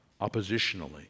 oppositionally